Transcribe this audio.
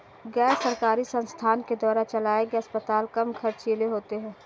गैर सरकारी संस्थान के द्वारा चलाये गए अस्पताल कम ख़र्चीले होते हैं